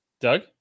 Doug